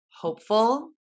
hopeful